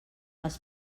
els